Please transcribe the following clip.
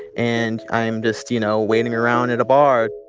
and i'm just, you know, waiting around at a bar